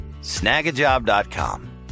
Snagajob.com